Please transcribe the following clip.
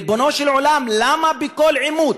ריבונו של עולם, למה בכל עימות,